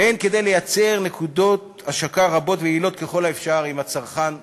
וגם כדי לייצר נקודות השקה רבות ויעילות ככל האפשר עם הצרכן הצופה.